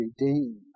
redeem